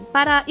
Para